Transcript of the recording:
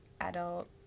adult